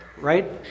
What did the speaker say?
right